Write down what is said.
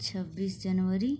छब्बीस जनवरी